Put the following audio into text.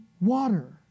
water